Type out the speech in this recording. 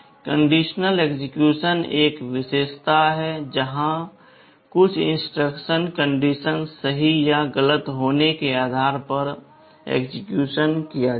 conditional execution एक विशेषता है जहां कुछ इंस्ट्रक्शन कंडीशन सही या गलत होने के आधार पर एक्सेक्यूशन किए जाएंगे